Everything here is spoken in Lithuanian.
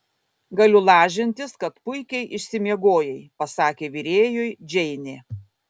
galiu lažintis kad puikiai išsimiegojai pasakė virėjui džeinė